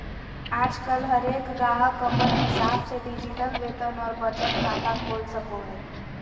आजकल हरेक गाहक अपन हिसाब से डिजिटल वेतन और बचत खाता खोल सको हय